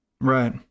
Right